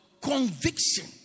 Conviction